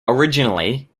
originally